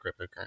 cryptocurrency